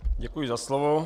Děkuji za slovo.